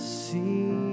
see